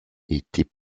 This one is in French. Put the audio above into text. étaient